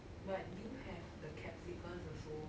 but do you have the capsicums also